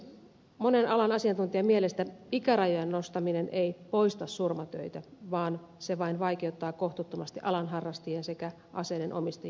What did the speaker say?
monen alan asiantuntijan mielestä ikärajojen nostaminen ei poista surmatöitä vaan se vain vaikeuttaa kohtuuttomasti alan harrastajien sekä aseiden omistajien toimintaa